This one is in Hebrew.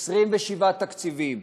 27 תקציבים,